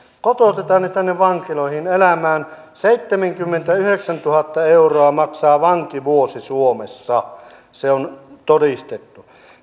kotoutamme ne tänne vankiloihin elämään seitsemänkymmentäyhdeksäntuhatta euroa maksaa vankivuosi suomessa se on todistettu